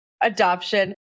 Adoption